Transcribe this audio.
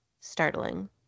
startling